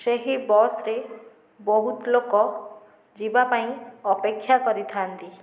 ସେହି ବସରେ ବହୁତ୍ ଲୋକ ଯିବାପାଇଁ ଅପେକ୍ଷା କରିଥାଆନ୍ତି